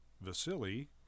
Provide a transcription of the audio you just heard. Vasily